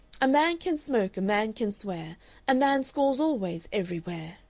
a man can smoke, a man can swear a man scores always, everywhere.